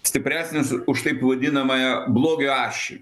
stipresnis už taip vadinamąją blogio ašį